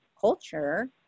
culture